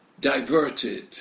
Diverted